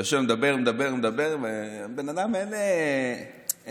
אתה יושב, מדבר, מדבר, מדבר ומהבן אדם אין מענה.